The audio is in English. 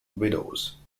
widows